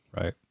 right